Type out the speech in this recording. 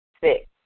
Six